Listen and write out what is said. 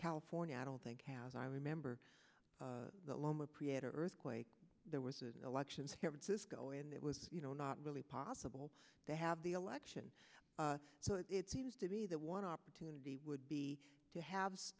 california i don't think has i remember the loma prieta earthquake there was a elections here in cisco and it was you know not really possible they have the election so it seems to me that one opportunity would be to have